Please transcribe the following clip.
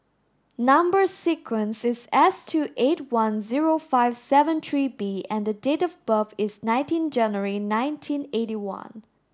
number sequence is S two eight one zero five seven three B and date of birth is nineteen January nineteen eighty one